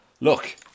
Look